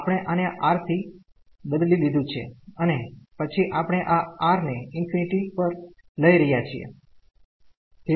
આપણે આને R થી બદલી લીધું છે અને પછી આપણે આ R ને ∞ પર લઈ રહ્યા છીએ